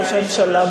ראש הממשלה,